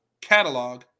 catalog